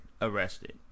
arrested